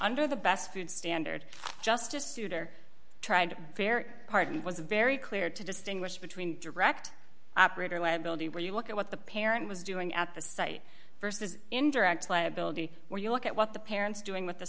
under the best food standard justice souter tried to fair part and was very clear to distinguish between direct operator liability where you look at what the parent was doing at the site versus indirect liability where you look at what the parents doing with the